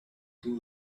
too